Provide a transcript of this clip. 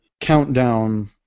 Countdown